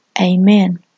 amen